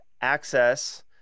access